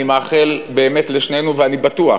אני מאחל באמת לשנינו, ואני בטוח